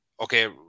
okay